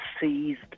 seized